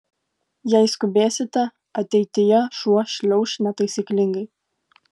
jei skubėsite ateityje šuo šliauš netaisyklingai